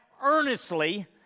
earnestly